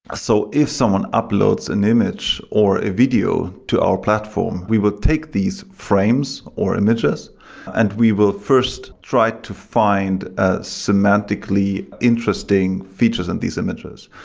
so if someone uploads an image or a video to our platform, we will take these frames or images and we will first try to find ah semantically interesting features of and these images.